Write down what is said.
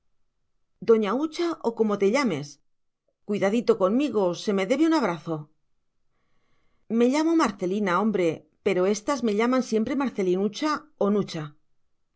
doña hucha o como te llames cuidadito conmigo se me debe un abrazo me llamo marcelina hombre pero éstas me llaman siempre marcelinucha o nucha